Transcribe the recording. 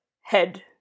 head